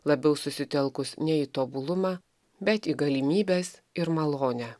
labiau susitelkus ne į tobulumą bet į galimybes ir malonę